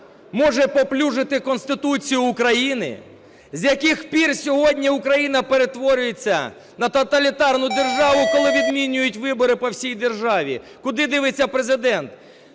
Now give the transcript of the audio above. може паплюжити Конституцію України? З яких пір сьогодні Україна перетворюється на тоталітарну державу, коли відміняють вибори по всій державі? Куди дивиться Президент?